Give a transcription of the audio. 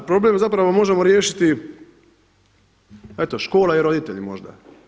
Problem zapravo možemo riješiti eto škola i roditelji možda.